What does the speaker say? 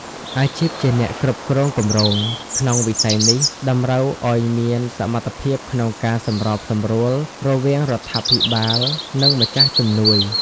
អាជីពជាអ្នកគ្រប់គ្រងគម្រោង ក្នុងវិស័យនេះ តម្រូវឱ្យមានសមត្ថភាពក្នុងការសម្របសម្រួលរវាងរដ្ឋាភិបាល និងម្ចាស់ជំនួយ។